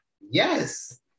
Yes